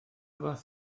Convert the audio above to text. fath